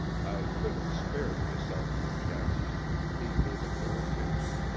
i could have spared myself the jest he gave it no attention,